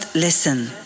Listen